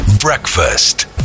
Breakfast